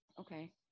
okay